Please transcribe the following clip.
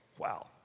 Wow